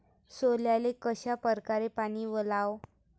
सोल्याले कशा परकारे पानी वलाव?